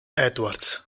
edwards